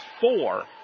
four